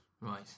Right